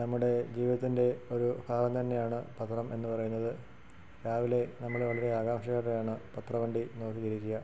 നമ്മുടെ ജീവിതത്തിൻ്റെ ഒരു ഭാഗം തന്നെയാണ് പത്രം എന്നു പറയുന്നത് രാവിലെ നമ്മൾ വളരെ ആകാംഷയോടെയാണ് പത്ര വണ്ടി നോക്കിയിരിക്കുക